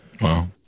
Wow